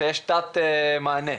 שיש תת מענה.